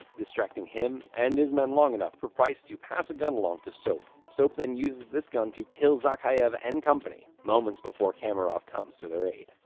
distracting him and his men long enough for price to pass a gun along to soap. soap then uses this gun to kill zakhaev and company, moments before kamarov comes to their aid.